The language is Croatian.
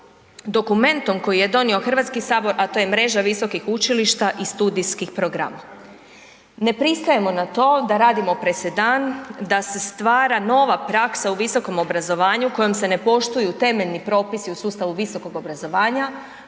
dokumentom koji je donio HS, a to je mreža visokih učilišta i studijskih programa. Ne pristajemo na to da radimo presedan, da se stvara nova praksa u visokom obrazovanju kojom se ne poštuju temeljni propisi u sustavu visokog obrazovanja,